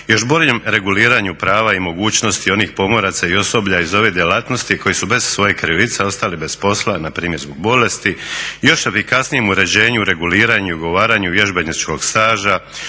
još boljem reguliranju prava i mogućnosti onih pomoraca i osoblja iz ove djelatnosti koji su bez svoje krivice ostali bez posla, npr. zbog bolesti, još efikasnijem uređenju, reguliranju i ugovaranju vježbeničkog staža,